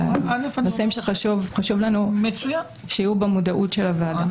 אלה הם נושאים שחשוב לנו שיהיו במודעות של הוועדה.